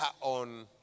on